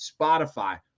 Spotify